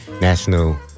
national